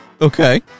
Okay